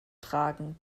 tragen